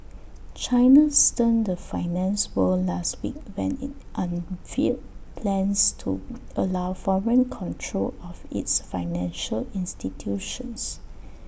China stunned the finance world last week when IT unveiled plans to allow foreign control of its financial institutions